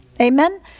Amen